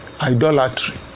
Idolatry